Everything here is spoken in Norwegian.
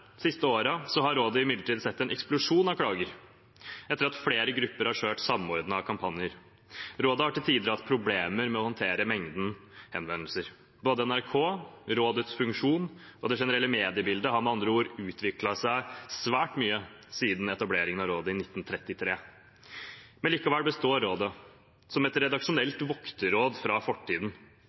har rådet imidlertid sett en eksplosjon av klager, etter at flere grupper har kjørt samordnede kampanjer. Rådet har til tider hatt problemer med å håndtere mengden henvendelser. Både NRK, rådets funksjon og det generelle mediebildet har med andre ord utviklet seg svært mye siden etableringen av rådet i 1933. Men likevel består rådet, som et redaksjonelt vokterråd fra fortiden